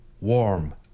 warm